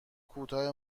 کوتاه